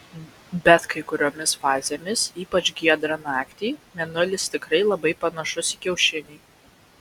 bet kai kuriomis fazėmis ypač giedrą naktį mėnulis tikrai labai panašus į kiaušinį